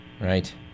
Right